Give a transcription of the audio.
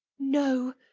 no,